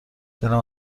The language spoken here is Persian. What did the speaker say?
دلم